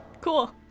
Cool